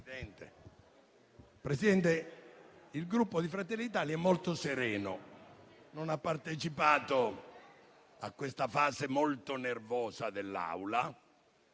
Presidente, il Gruppo Fratelli d'Italia è molto sereno. Non ha partecipato a questa parte molto nervosa dei